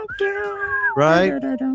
right